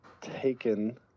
taken